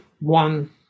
one